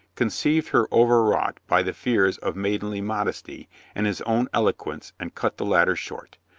conceived her overwrought by the fears of maidenly modesty and his own eloquence and cut the latter short.